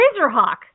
Razorhawk